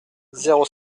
zéro